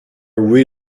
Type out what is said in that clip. really